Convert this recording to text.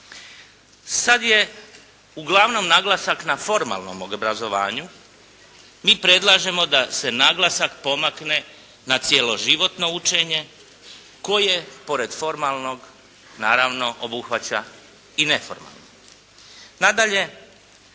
Sada je uglavnom naglasak na formalnom obrazovanju. Mi predlažemo da se naglasak pomakne na cjeloživotno učenje koje pored formalnog naravno obuhvaća i neformalno.